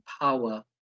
power